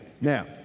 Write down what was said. Now